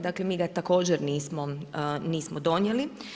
Dakle, mi ga također nismo donijeli.